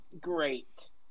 Great